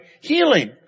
healing